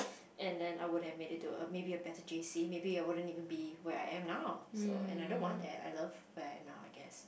and then I would have made it to a maybe a better j_c maybe I wouldn't even be where I am now so and I don't want that I love where I am now I guess